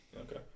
Okay